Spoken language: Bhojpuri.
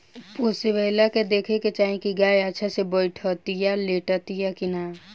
पोसेवला के देखे के चाही की गाय अच्छा से बैठतिया, लेटतिया कि ना